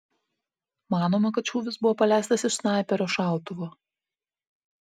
manoma kad šūvis buvo paleistas iš snaiperio šautuvo